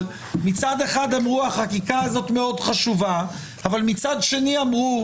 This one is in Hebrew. אבל מצד אחד אמרו שהחקיקה הזאת מאוד חשובה אבל מצד שני אמרו,